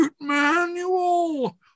manual